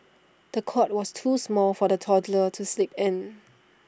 the cot was too small for the toddler to sleep in